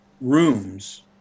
rooms